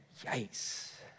yikes